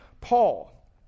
Paul